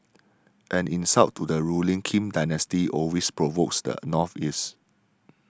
any insult to the ruling Kim dynasty always provokes the North's Ire's